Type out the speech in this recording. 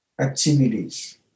activities